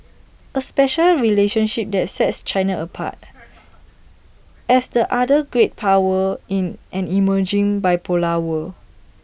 A special relationship that sets China apart as the other great power in an emerging bipolar world